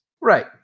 Right